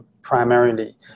primarily